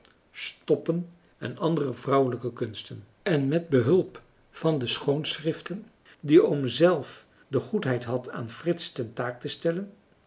stoppen en andere vrouwelijke kunsten en met behulp van de schoonschriften die oom zelf de goedheid had aan frits ten taak te stellen